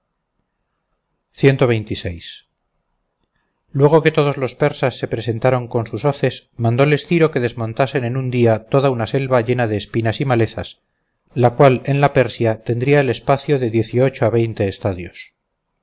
luego que todos los persas se presentaron con sus hoces mandóles ciro que desmontasen en un día toda una selva llena de espinas y malezas la cual en la persia tendría el espacio de dieciocho a veinte estadios